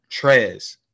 Trez